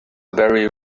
very